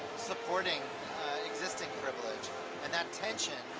supporting existing privilege and that tension